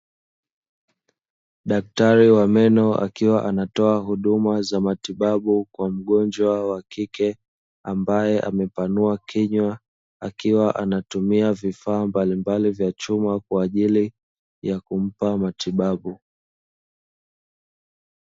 Daktari wa meno akiwa anatoa huduma za matibabu kwa mgonjwa wa kike ambaye amepanua kinywa, akiwa anatumia vifaa mbalimbali vya chuma kwa ajili ya kumpa matibabu.